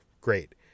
great